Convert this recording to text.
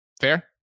Fair